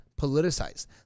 politicized